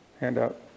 handout